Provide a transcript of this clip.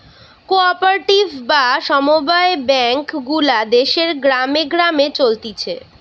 co operative বা সমব্যায় bank গুলা দেশের গ্রামে গ্রামে চলতিছে